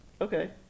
Okay